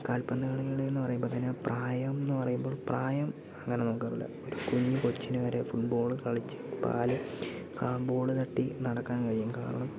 കാൽപ്പന്ത് കളികള് എന്ന് പറയുമ്പത്തേനും പ്രായം എന്ന് പറയുമ്പോൾ പ്രായം അങ്ങനെ നോക്കാറില്ല ഒരു കുഞ്ഞ് കൊച്ചിന് വരെ ഫുട്ബോള് കളിച്ച് കാല് ആ ബോള് തട്ടി നടക്കാൻ കഴിയും കാരണം